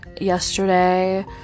yesterday